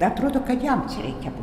atrodo kad jam čia reikia